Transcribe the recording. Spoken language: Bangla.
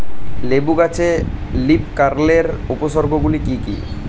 লেবু গাছে লীফকার্লের উপসর্গ গুলি কি কী?